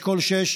מאשכול 6,